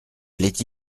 plaît